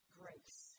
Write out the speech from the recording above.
grace